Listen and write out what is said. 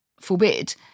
forbid